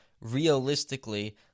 realistically